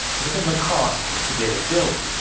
would've been the cost to get it built.